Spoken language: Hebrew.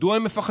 מדוע הם מפחדים?